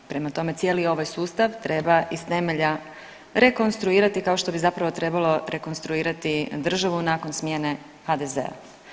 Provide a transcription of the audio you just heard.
Prema tome, cijeli ovaj sustav treba iz temelja rekonstruirati kao što bi zapravo trebalo rekonstruirati državu nakon smjene HDZ-a.